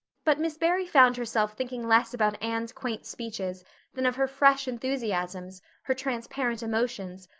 but miss barry found herself thinking less about anne's quaint speeches than of her fresh enthusiasms, her transparent emotions,